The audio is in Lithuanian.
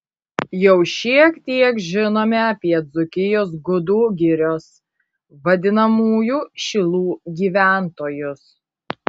jau šiek tiek žinome apie dzūkijos gudų girios vadinamųjų šilų gyventojus